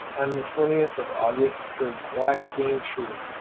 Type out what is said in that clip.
on the twentieth of august for black-game shooting,